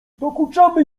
dokuczamy